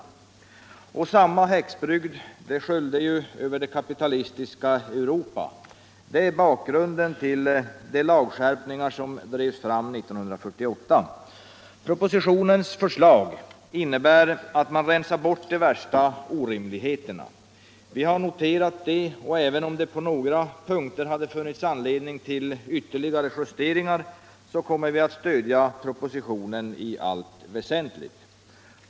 122 Samma häxbrygd sköljde över det kapitalistiska Europa. Det är bak grunden till de lagskärpningar som drevs fram 1948. Propositionens förslag innebär att man rensar bort de värsta orimligheterna. Vi har noterat detta, och även om det på några punkter har funnits anledning till ytterligare justeringar kommer vi att stödja propositionen i allt väsentligt.